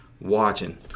watching